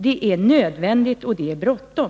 Det är nödvändigt, och det är bråttom.